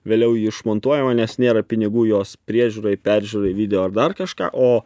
vėliau ji išmontuojama nes nėra pinigų jos priežiūrai peržiūrai video ar dar kažką o